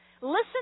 Listen